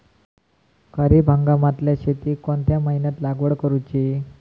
खरीप हंगामातल्या शेतीक कोणत्या महिन्यात लागवड करूची?